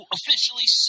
Officially